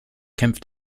kämpft